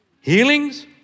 Healings